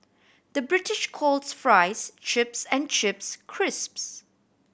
the British calls fries chips and chips crisps